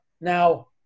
Now